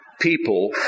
People